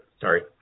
Sorry